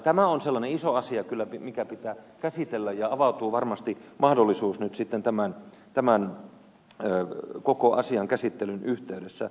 tämä on sellainen iso asia kyllä mikä pitää käsitellä ja siihen avautuu varmasti mahdollisuus nyt sitten tämän koko asian käsittelyn yhteydessä